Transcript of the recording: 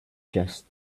just